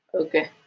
Okay